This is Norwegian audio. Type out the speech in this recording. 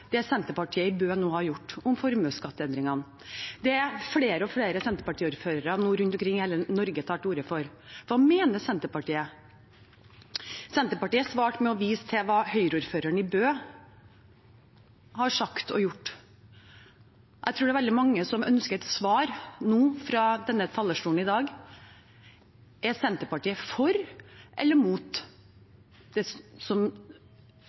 det Senterpartiet i Bø nå har gjort, om formuesskatteendringene, om det flere og flere Senterparti-ordførere nå rundt omkring i hele Norge tar til orde for? Hva mener Senterpartiet? Senterpartiet svarte med å vise til hva Høyre-ordføreren i Bø har sagt og gjort. Jeg tror det er veldig mange som ønsker et svar fra denne talerstolen i dag: Er Senterpartiet for eller imot det